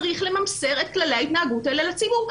צריך לממסר את כללי ההתנהגות האלה לציבור.